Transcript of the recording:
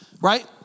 right